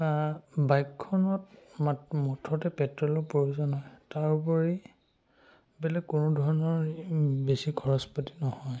বাইকখনত মুঠতে পেট্ৰ'লৰ প্ৰয়োজন হয় তাৰোপৰি বেলেগ কোনো ধৰণৰ বেছি খৰচ পাতি নহয